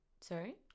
Sorry